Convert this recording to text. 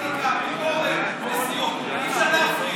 אתיקה, ביקורת, נשיאות, אי-אפשר להפריד.